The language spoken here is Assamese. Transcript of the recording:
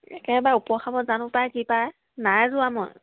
একেবাৰে ওপৰ খাপত জানো পায় কি পায় নাই যোৱা মই